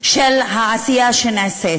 של העשייה שנעשית.